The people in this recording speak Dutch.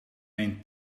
een